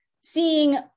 seeing